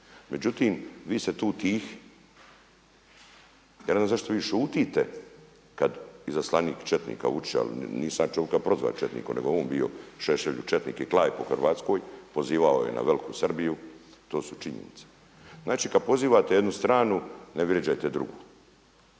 Međutim, vi ste tu tihi. Ja ne znam zašto vi šutite kada izaslanik četnika Vučića, nisam ja čovjeka prozvao četnikom nego je on bio Šešelju četnik i klao je po Hrvatskoj, pozivao je na veliku Srbiju, to su činjenice. Znači kada pozivate jednu stranu ne vrijeđajte drugu.